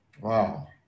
Wow